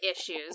issues